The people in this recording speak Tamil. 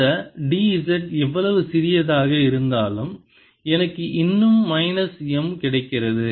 இந்த d z எவ்வளவு சிறியதாக இருந்தாலும் எனக்கு இன்னும் மைனஸ் M கிடைக்கிறது